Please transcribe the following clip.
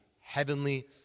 heavenly